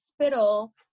spittle